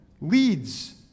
leads